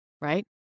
right